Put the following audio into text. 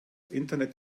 internet